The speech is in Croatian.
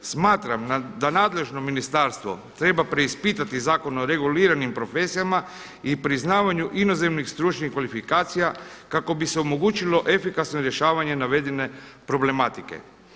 Smatram da nadležno ministarstvo treba preispitati Zakon o reguliranim profesijama i priznavanju inozemnih stručnih kvalifikacija kako bi se omogućilo efikasno rješavanje navedene problematike.